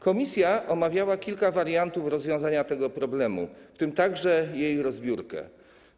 Komisja omawiała kilka wariantów rozwiązania tego problemu, w tym także rozbiórkę hałd.